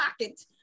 pocket